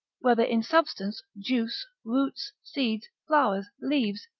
whether in substance, juice, roots, seeds, flowers, leaves,